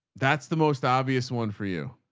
that's the most obvious one for you?